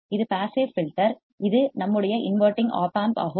இது passive filter இது நம்முடைய இன்வடிங் ஒப் ஆம்ப் ஆகும்